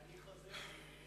אני חוזר בי.